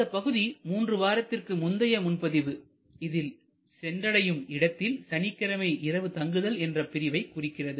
இந்தப் பகுதி மூன்று வாரத்திற்கு முந்தைய முன்பதிவு இதில் சென்றடையும் இடத்தில் சனிக்கிழமை இரவு தங்குதல் என்ற பிரிவை குறிக்கிறது